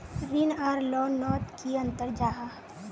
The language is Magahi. ऋण आर लोन नोत की अंतर जाहा?